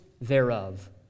thereof